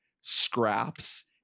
scraps